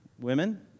women